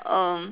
uh